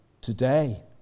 today